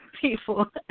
people